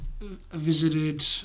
visited